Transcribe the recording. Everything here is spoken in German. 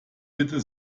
bitte